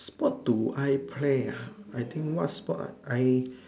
what do I play ah I think what sport ah I